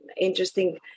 interesting